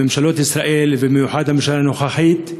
ממשלות ישראל, ובמיוחד הממשלה הנוכחית,